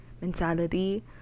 mentality